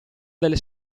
delle